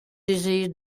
disease